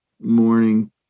morning